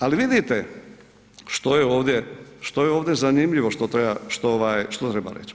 Ali vidite što je ovdje zanimljivo što treba reći.